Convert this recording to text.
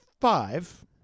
five